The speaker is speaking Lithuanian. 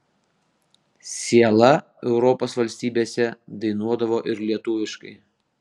siela europos valstybėse dainuodavo ir lietuviškai